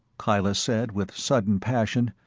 kyla said with sudden passion,